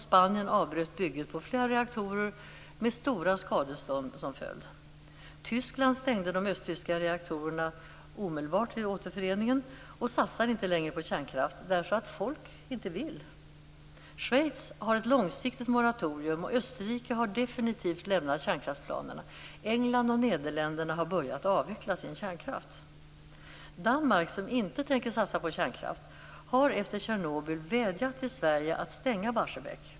Spanien avbröt byggandet av flera reaktorer, med stora skadestånd som följd. Tyskland stängde de östtyska reaktorerna omedelbart vid återföreningen och satsar inte längre på kärnkraft därför att folk inte vill. Schweiz har ett långsiktigt moratorium. Österrike har definitivt lämnat kärnkraftsplanerna. England och Nederländerna har börjat avveckla sin kärnkraft. Danmark, som inte tänker satsa på kärnkraft, har efter Tjernobyl vädjat till Sverige att stänga Barsebäck.